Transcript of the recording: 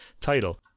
title